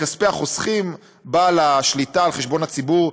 מכספי החוסכים ועל חשבון הציבור,